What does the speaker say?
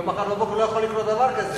ומחר בבוקר לא יכול לקרות דבר כזה.